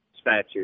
statute